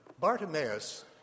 Bartimaeus